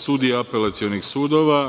sudija apelacionih sudova.